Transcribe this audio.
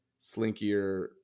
slinkier